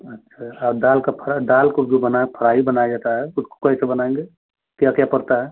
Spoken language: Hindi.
अच्छा और दाल का फराई दाल को जो बना फ्राई बनाया जाता है उसको कैसे बनाएँगे क्या क्या पड़ता है